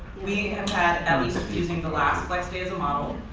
we have had at least using the last flex day as a model,